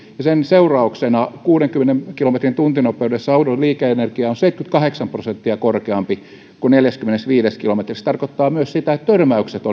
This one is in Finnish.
sen seurauksena kuudenkymmenen kilometrin tuntinopeudessa auton liike energia on seitsemänkymmentäkahdeksan prosenttia korkeampi kuin neljässäkymmenessäviidessä kilometrissä se tarkoittaa myös sitä että törmäykset